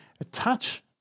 attach